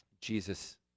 Jesus